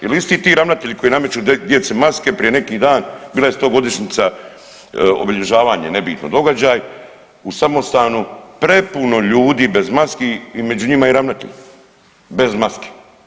Jel isti ti ravnatelji koji nameću djeci maske prije neki dan bila je 100godišnjica obilježavanje nebitno događaj u samostanu prepuno ljudi bez maski i među njima i ravnatelj bez maske.